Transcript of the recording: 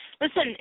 Listen